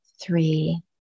three